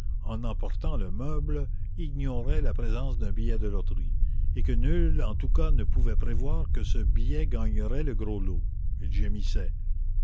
en emportant le meuble ignorait la présence d'un billet de loterie et que nul en tous cas ne pouvait prévoir que ce billet gagnerait le gros lot